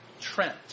Trent